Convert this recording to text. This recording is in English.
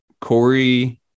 Corey